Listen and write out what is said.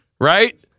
right